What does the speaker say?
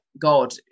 God